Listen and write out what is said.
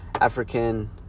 African